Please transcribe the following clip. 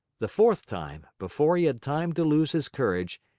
the fourth time, before he had time to lose his courage,